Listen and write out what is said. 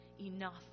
enough